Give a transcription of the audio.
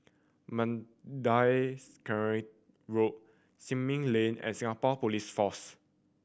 Mandai Quarry Road Simei Lane and Singapore Police Force